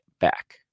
back